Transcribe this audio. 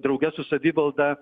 drauge su savivalda